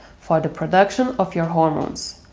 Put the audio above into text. for the production of your hormones.